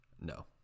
No